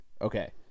okay